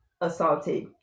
assaulted